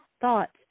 thoughts